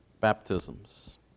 baptisms